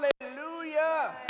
Hallelujah